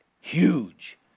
huge